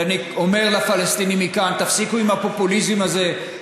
ואני אומר לפלסטינים מכאן: תפסיקו עם הפופוליזם הזה,